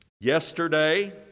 Yesterday